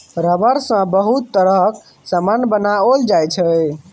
rubber सँ बहुत तरहक समान बनाओल जाइ छै